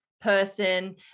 person